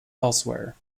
elsewhere